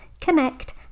connect